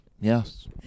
Yes